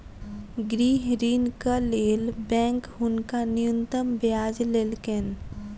गृह ऋणक लेल बैंक हुनका न्यूनतम ब्याज लेलकैन